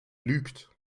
lügt